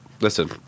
listen